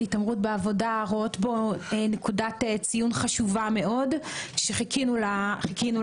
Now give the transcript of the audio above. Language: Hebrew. התעמרות בעבודה" רואות בו נקודת ציון חשובה מאוד שחיכינו לה.